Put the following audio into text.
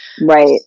Right